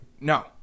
No